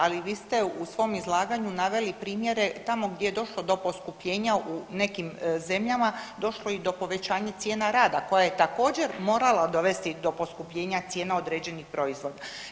Ali vi ste u svom izlaganju naveli primjere tamo gdje je došlo do poskupljenja u nekim zemljama došlo je i do povećanja cijene rada koja je također morala dovesti do poskupljenja cijena određenih proizvoda.